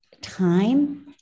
time